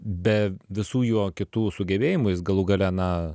be visų jo kitų sugebėjimų jis galų gale na